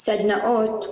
סדנאות,